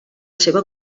seva